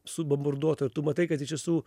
subombarduoto ir tu matai kad iš tiesų